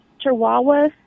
Chihuahua